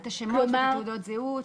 את השמות ותעודות הזהות.